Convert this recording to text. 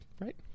right